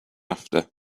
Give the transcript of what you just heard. after